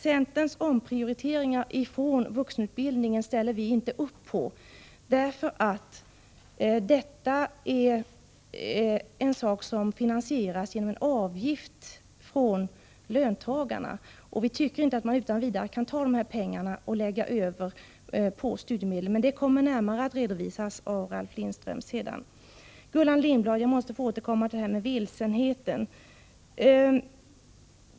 Centerns omprioriteringar från vuxenutbildningen ställer vi oss inte bakom. Finansieringen av dessa sker genom en avgift från löntagarna, och vi tycker inte att man utan vidare kan lägga över pengarna till studiemedlen. Det kommer närmare att redovisas av Ralf Lindström senare. Gullan Lindblad, jag måste få återkomma till det här med vilsenheten.